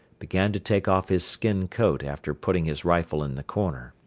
began to take off his skin coat after putting his rifle in the corner.